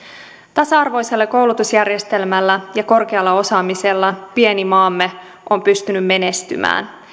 tasa arvoisella koulutusjärjestelmällä ja korkealla osaamisella pieni maamme on pystynyt menestymään